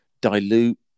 dilute